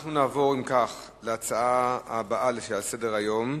אנחנו נעבור אם כך להצעה הבאה לסדר-היום,